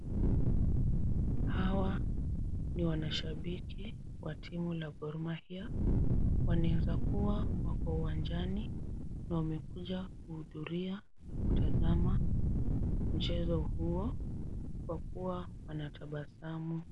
Hawa ni wanashabiki wa timu la Gor Mahia. Wanaweza kuwa wako uwanjani wamekuja kuhudhuria, kutazama mchezo huo kwa kuwa wanatabasamu.